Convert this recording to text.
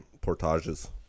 portages